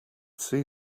see